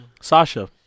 Sasha